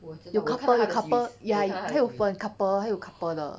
有 couple 有 couple ya 它有 for couple 还有 couple 的